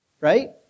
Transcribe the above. right